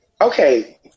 Okay